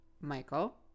Michael